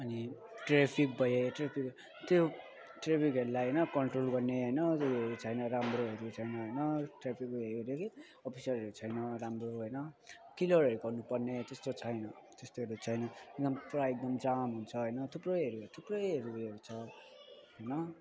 अनि ट्राफिक भए ट्राफिक त्यो ट्राफिकहरूलाई होइन कन्ट्रोल गर्ने होइन त्योहरू छैन राम्रोहरू छैन होइन ट्राफिक अफिसरहरू छैन राम्रो होइन क्लियरहरू गर्नु पर्ने त्यस्तो छैन त्यस्तोहरू छैन हुन्छ होइन थुप्रोहरू थुप्रैहरू उयोहरू छ होइन